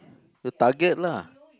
the target lah